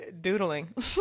doodling